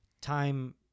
time